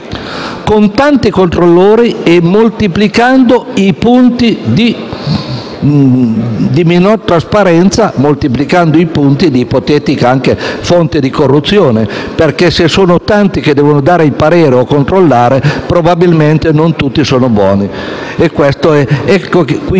con tanti controllori, moltiplicando i punti di minor trasparenza e quelli di ipotetica fonte di corruzione: perché se sono tanti quelli che devono dare il parere o controllare, probabilmente non tutti sono buoni. Ecco